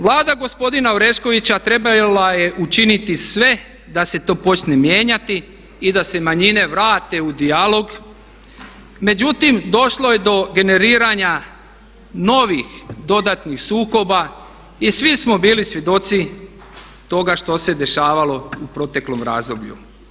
Vlada gospodina Oreškovića trebala je učiniti sve da se to počne mijenjati i da se manjine vrate u dijalog, međutim došlo je do generiranja novih dodatnih sukoba i svi smo bili svjedoci toga što se dešavalo u proteklom razdoblju.